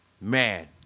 man